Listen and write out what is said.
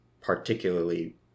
particularly